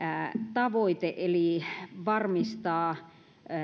tavoite eli varmistaa